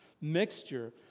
mixture